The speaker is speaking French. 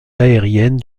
aériennes